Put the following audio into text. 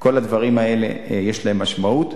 כל הדברים האלה יש להם משמעות.